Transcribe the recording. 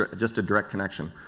ah just a direct connection.